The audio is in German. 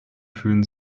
fühlen